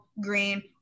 green